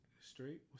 straight